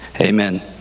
Amen